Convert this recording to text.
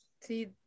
see